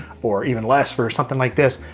or even less for something like this,